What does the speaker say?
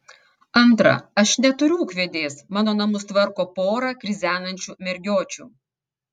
antra aš neturiu ūkvedės mano namus tvarko pora krizenančių mergiočių